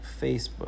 Facebook